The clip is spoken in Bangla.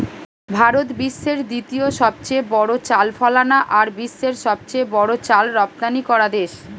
ভারত বিশ্বের দ্বিতীয় সবচেয়ে বড় চাল ফলানা আর বিশ্বের সবচেয়ে বড় চাল রপ্তানিকরা দেশ